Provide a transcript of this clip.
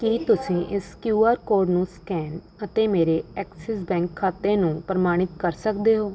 ਕੀ ਤੁਸੀਂਂ ਇਸ Q R code ਨੂੰ ਸਕੈਨ ਅਤੇ ਮੇਰੇ ਐਕਸਿਸ ਬੈਂਕ ਖਾਤੇ ਨੂੰ ਪ੍ਰਮਾਣਿਤ ਕਰ ਸਕਦੇ ਹੋ